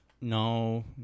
No